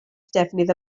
defnydd